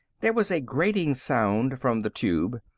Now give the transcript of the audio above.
there was a grating sound from the tube.